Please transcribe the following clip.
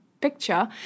picture